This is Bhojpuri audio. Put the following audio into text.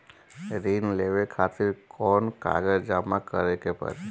ऋण लेवे खातिर कौन कागज जमा करे के पड़ी?